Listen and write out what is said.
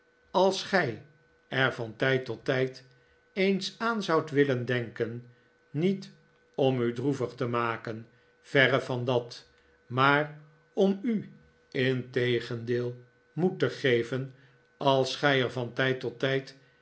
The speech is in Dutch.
als gij er van tijd tot tijd eens aan zoudt willen denken niet om u droevig te maken verre van dat maar om u integendeel moed te geven als gij er van tijd tot tijd